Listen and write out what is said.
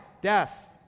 death